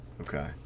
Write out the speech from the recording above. Okay